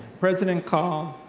president call,